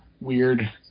weird